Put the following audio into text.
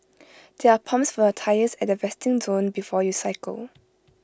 there are pumps for your tyres at the resting zone before you cycle